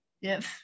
Yes